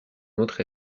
nôtre